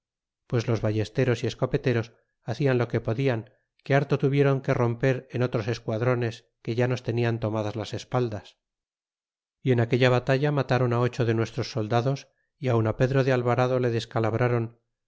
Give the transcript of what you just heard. pues los vallesteros y escopeteros hacian lo que podían que harto tuviéron que romper en otros esquadrones que ya nos tenian tomadas las espaldas y en aquella batalla mataron ti ocho de nuestros soldados y aun á pedro de alvarado le descalabraron